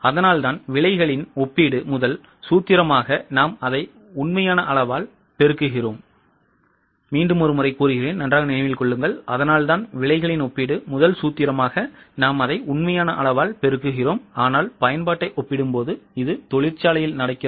அதனால்தான் விலைகளின் ஒப்பீடு முதல் சூத்திரமாக நாம் அதை உண்மையான அளவால் பெருக்குகிறோம் ஆனால் பயன்பாட்டை ஒப்பிடும் போது இது தொழிற்சாலையில் நடக்கிறது